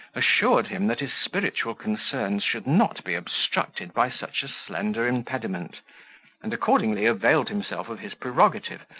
assured him that his spiritual concerns should not be obstructed by such a slender impediment and accordingly availed himself of his prerogative,